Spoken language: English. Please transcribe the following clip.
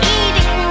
eating